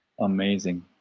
amazing